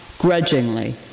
Grudgingly